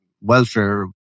welfare